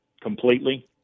completely